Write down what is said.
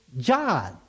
John